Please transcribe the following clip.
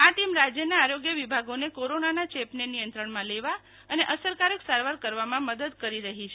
આ ટીમ રાજ્યના આરોગ્ય વિભાગોને કોરોનાના ચેપને નિયંત્રણમાં લેવા અને અનસરકારક સારવાર કરવામાં મદદ કરી રહી છે